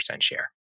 share